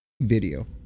video